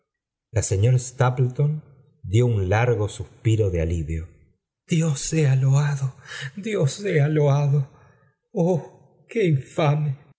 la señora stapleton dió un largo imiili vio dios sea loado dios sea loado n míame